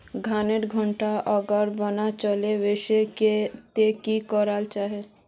धानेर टैमोत अगर बान चले वसे ते की कराल जहा?